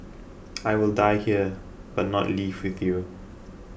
I will die here but not leave with you